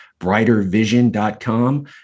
BrighterVision.com